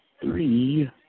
three